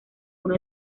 uno